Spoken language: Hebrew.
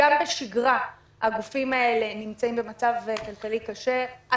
גם בשגרה הגופים האלה נמצאים במצב כלכלי קשה,